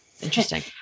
Interesting